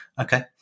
okay